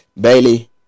Bailey